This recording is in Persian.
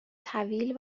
طویل